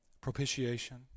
Propitiation